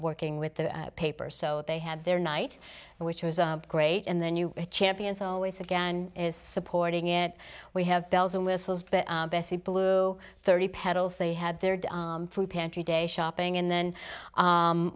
working with the paper so they had their night and which was great and then you champions always again is supporting it we have bells and whistles but bessie blue thirty pedals they had their food pantry day shopping and then